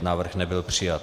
Návrh nebyl přijat.